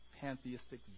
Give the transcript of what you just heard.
pantheistic